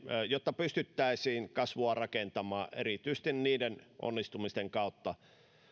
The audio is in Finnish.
jotta pystyttäisiin kasvua rakentamaan erityisesti niiden onnistumisten kautta